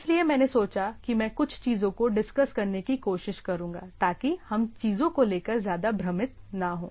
इसलिए मैंने सोचा कि मैं कुछ चीजों को डिस्कस करने की कोशिश करूंगा ताकि हम चीजों को लेकर ज्यादा भ्रमित न हों